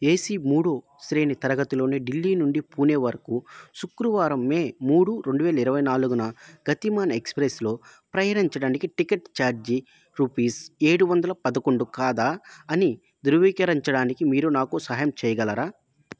ఏసి మూడు శ్రేణి తరగతిలోని ఢిల్లీ నుండి పూణే వరకు శుక్రవారం మే మూడు రెండు వేల ఇరవై నాలుగున గతిమాన్ ఎక్స్ప్రెస్లో ప్రయాణించడానికి టికెట్ ఛార్జీ రుపీస్ ఏడు వందల పదకొండు కాదా అని ధృవీకరించడానికి మీరు నాకు సహాయం చెయ్యగలరా